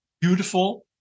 beautiful